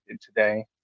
today